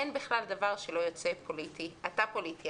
אין בכלל דבר שלא יוצא פוליטי - אתה פוליטי,